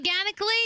Organically